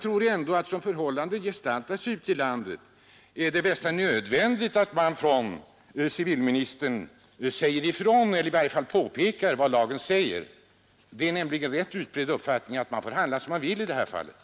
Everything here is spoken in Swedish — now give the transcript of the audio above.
Men så som förhållandena gestaltar sig ute i landet tror jag ändå att det är nödvändigt att civilministern påpekar vad lagen föreskriver. Det är nämligen en ganska utbredd uppfattning att man i sådana här fall får handla som man vill.